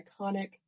iconic